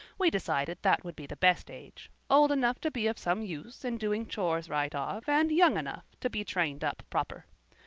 we decided that would be the best age old enough to be of some use in doing chores right off and young enough to be trained up proper.